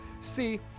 See